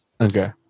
Okay